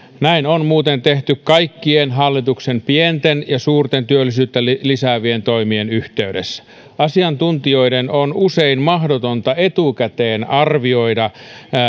näin on muuten tehty kaikkien hallituksen pienten ja suurten työllisyyttä lisäävien toimien yhteydessä asiantuntijoiden on usein mahdotonta etukäteen arvioida